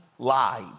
lied